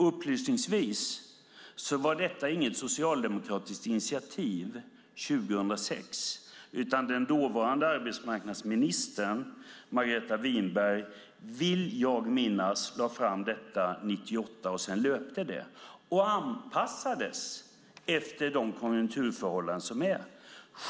Upplysningsvis: Detta var inget socialdemokratiskt initiativ 2006, utan den dåvarande arbetsmarknadsministern Margareta Winberg, vill jag minnas, lade fram detta 1998, och sedan löpte det och anpassades efter de konjunkturförhållanden som var.